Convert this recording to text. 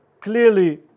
clearly